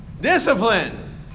Discipline